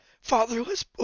fatherless